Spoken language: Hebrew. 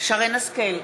שרן השכל,